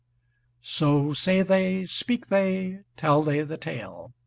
so say they, speak they, tell they the tale